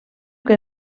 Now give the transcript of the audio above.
que